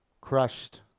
crushed